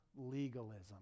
legalism